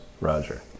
Roger